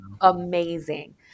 amazing